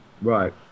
right